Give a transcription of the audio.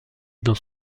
dans